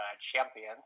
champions